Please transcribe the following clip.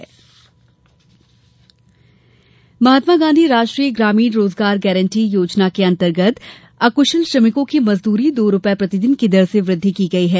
मनरेगा मजदूरी महात्मा गांधी राष्ट्रीय ग्रामीण रोजगार गारंटी योजना के अर्तगत अक्शल श्रमिकों की मजदूरी दो रूपये प्रतिदिन की दर से वृद्धि की गई है